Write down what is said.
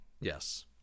yes